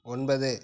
ஒன்பது